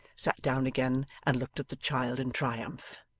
sat down again, and looked at the child in triumph.